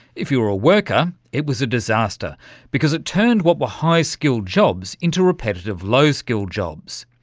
if you were a worker, it was a disaster because it turned what were high skilled jobs into repetitive low skilled jobs,